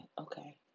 Okay